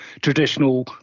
traditional